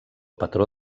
patró